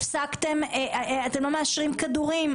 אתם לא מאשרים כדורים,